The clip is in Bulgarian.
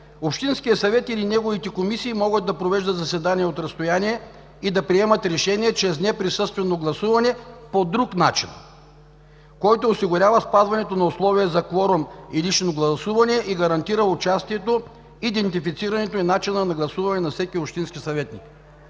Общинският съвет или неговите комисии могат да провеждат заседание от разстояние и да приемат решение чрез неприсъствено гласуване по друг начин, който осигурява спазването на условия за кворум и лично гласуване, и гарантира участието, идентифицирането и начина на гласуване на всеки общински съветник.